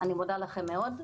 אני מודה לכם מאוד.